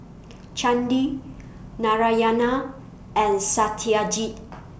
Chandi Narayana and Satyajit